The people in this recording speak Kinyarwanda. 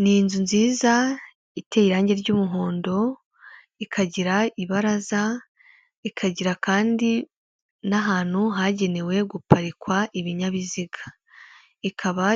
Ni inzu nziza iteye irangi ry'umuhondo ikagira ibaraza, ikagira kandi n'ahantu hagenewe guparikwa ibinyabiziga ikaba